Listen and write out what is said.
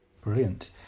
Brilliant